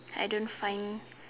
I don't find